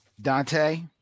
Dante